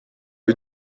you